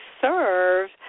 serve